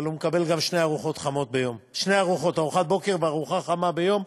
אבל הוא מקבל גם שתי ארוחות: ארוחת בוקר וארוחה חמה ביום,